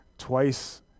Twice